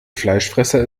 fleischfresser